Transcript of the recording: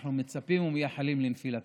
אנחנו מצפים ומייחלים לנפילתה.